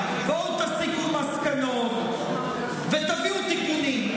בואו תסיקו מסקנות ותביאו תיקונים.